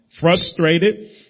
frustrated